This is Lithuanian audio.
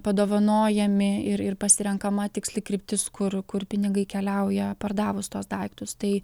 padovanojami ir ir pasirenkama tiksli kryptis kur kur pinigai keliauja pardavus tuos daiktus tai